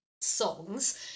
songs